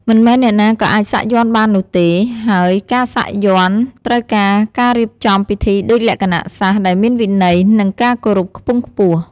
មិនមែនអ្នកណាក៏អាចសាក់យ័ន្តបាននោះទេ ហើយការសាក់យ័ន្តត្រូវការការរៀបចំពិធីដូចលក្ខណៈសាស្ត្រដែលមានវិន័យ និងការគោរពខ្ពង់ខ្ពស់។